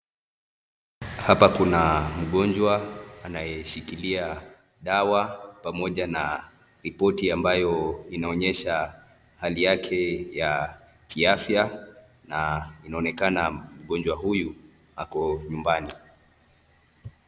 Hapa kuna mgonjwa anayeshikilia dawa pamoja na ripoti ambayo inaonyesha hali yake ya kiafya na inaonekana mgonjwa huyu ako nyumbani.